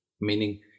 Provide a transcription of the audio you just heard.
meaning